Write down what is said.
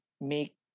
make